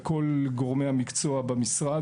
לכל גורמי המקצוע במשרד,